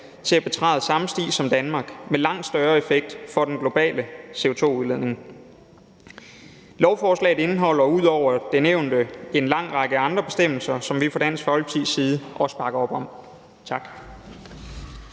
til at betræde samme sti som Danmark med langt større effekt for den globale CO2-udledning. Lovforslaget indeholder ud over det nævnte en lang række andre bestemmelser, som vi fra Dansk Folkepartis side også bakker op om. Tak.